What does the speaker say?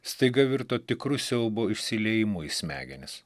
staiga virto tikru siaubo išsiliejimu į smegenis